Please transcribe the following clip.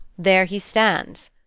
there he stands,